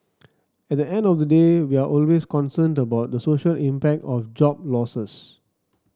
at the end of the day we're always concerned about the social impact of job losses